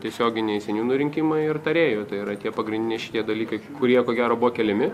tiesioginiai seniūnų rinkimai ir tarėjų tai yra tie pagrindiniai šitie dalykai kurie ko gero buvo keliami